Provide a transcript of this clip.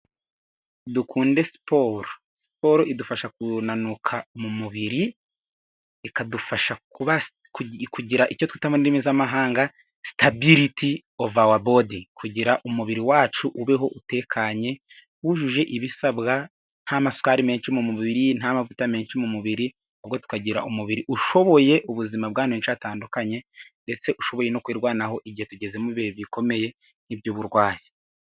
Dukunde siporo, siporo idufasha kunanuka mu mubiri ikadufasha kugira icyo twita mu ndimi z'amahanga sitabiliti ova awa bodi kugira umubiri wacu ubeho utekanye wujuje ibisabwa nta masukari menshi mu mubiri, nta mavuta menshi mu mubiri. Ahubwo tukagira umubiri ushoboye ubuzima bwa hantu henshi atandukanye ndetse ushoboye no kwirwanaho igihe tugezemo bihe bikomeye nk'iby'uburwayi.